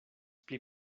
pli